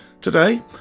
Today